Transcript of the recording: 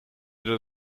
dat